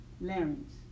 larynx